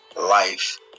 life